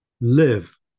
Live